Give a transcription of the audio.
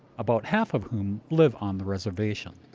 about half of whom live on the reservation.